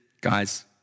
guys